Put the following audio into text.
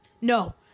No